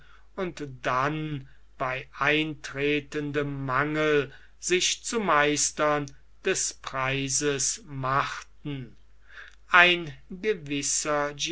und dann bei eintretendem mangel sich zu meistern des preises machten ein gewisser